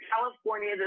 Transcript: California